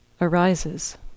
arises